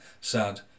sad